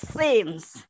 seems